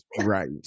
right